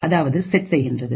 அதாவது செட் செய்கின்றது